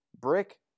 Brick